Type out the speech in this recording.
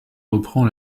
reprend